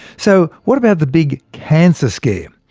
so what about the big cancer scare?